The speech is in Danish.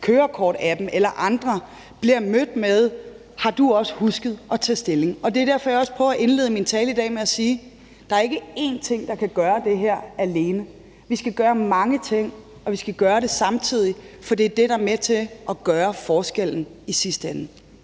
kørekortappen eller andre, bliver mødt med spørgsmålet om, om man har husket at tage stilling. Det er også derfor, jeg i dag indleder min tale med at sige, at der ikke er en enkelt ting, der kan gøre det her alene. Vi skal gøre mange ting, og vi skal gøre det samtidig, for det er det, der er med til at gøre forskellen i sidste ende.